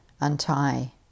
untie